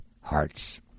hearts